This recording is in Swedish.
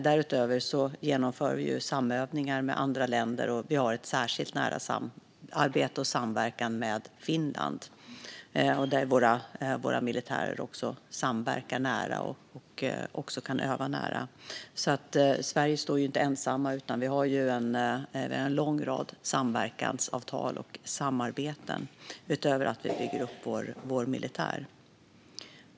Därutöver genomför vi ju samövningar med andra länder, och vi har ett särskilt nära samarbete och samverkan med Finland. Våra militärer samverkar nära och kan även öva nära. Sverige står alltså inte ensamt, utan vi har en lång rad samverkansavtal och samarbeten utöver att vi bygger upp vår militär.